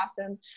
awesome